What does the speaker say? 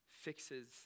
fixes